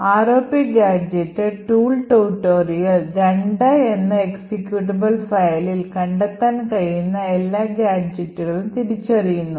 ROP gadget tool tutorial 2 എന്ന executable fileൽ കണ്ടെത്താൻ കഴിയുന്ന എല്ലാ ഗാഡ്ജെറ്റുകളും തിരിച്ചറിയുന്നു